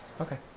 okay